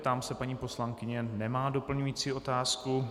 Ptám se paní poslankyně nemá doplňující otázku.